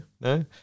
no